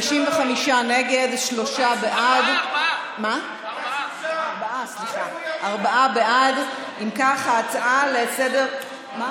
55 נגד, שלושה בעד, ארבעה בעד, סליחה.